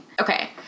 Okay